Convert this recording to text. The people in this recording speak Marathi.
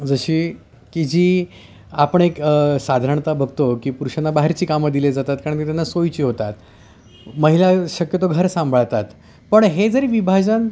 जशी की जी आपण एक साधारणत बघतो की पुरुषांना बाहेरची कामं दिले जातात कारण की त्यांना सोयची होतात महिला शक्यतो घर सांभाळतात पण हे जरी विभाजन